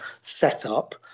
setup